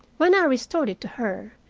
when i restored it to her,